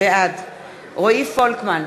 בעד רועי פולקמן,